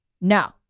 No